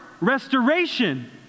restoration